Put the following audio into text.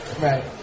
Right